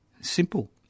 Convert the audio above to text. Simple